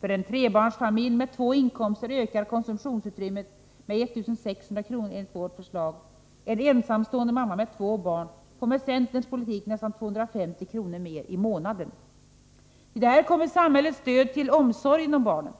För en trebarnsfamilj med två inkomster ökar konsumtionsutrymmet med 1600 kr. enligt vårt förslag. En ensamstående mamma med två barn får med centerns politik nästan 250 kr. mer i månaden. Till detta kommer samhällets stöd till omsorgen om barnen.